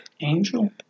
Angel